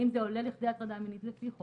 האם זה עולה לכדי הטרדה מינית לפי חוק,